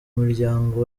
muryango